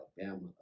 Alabama